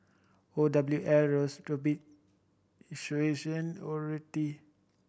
O W L Horti